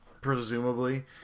presumably